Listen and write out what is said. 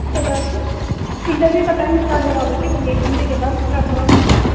اُس کے بعد سے انٹرویو کا ٹائم اسٹارٹ ہو رہا بلکہ وہ بھی ایک گھنٹے کے بعد اسٹارٹ ہوگا بولئے آپ